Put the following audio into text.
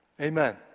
amen